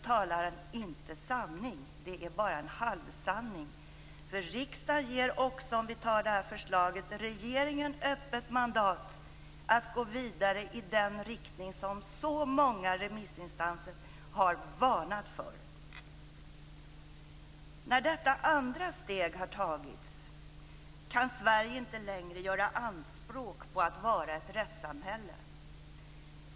Det är bara en halvsanning. Riksdagen ger - om förslaget antas - regeringen öppet mandat att gå vidare i den riktning som så många remissinstanser har varnat för. När detta andra steg har tagits kan Sverige inte längre göra anspråk på att vara ett rättssamhälle.